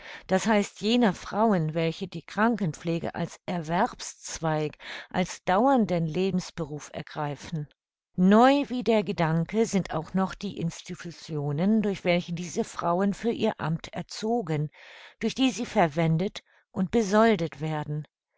d h jener frauen welche die krankenpflege als erwerbszweig als dauernden lebensberuf ergreifen neu wie der gedanke sind auch noch die institutionen durch welche diese frauen für ihr amt erzogen durch die sie verwendet und besoldet werden